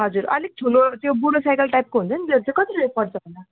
हजुर अलिक ठुलो त्यो बुढो साइकल टाइपको हुन्छ नि त्यो चाहिँ कति रेट पर्छ होला